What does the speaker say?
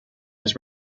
his